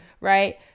right